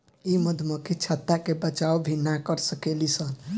इ मधुमक्खी छत्ता के बचाव भी ना कर सकेली सन